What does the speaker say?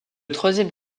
troisième